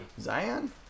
Zion